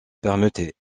permettait